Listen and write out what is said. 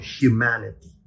humanity